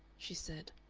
she said.